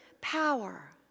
power